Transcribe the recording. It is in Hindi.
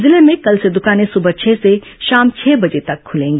जिले में कल से दुकानें सुबह छह से शाम छह बजे तक खुलेंगी